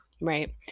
right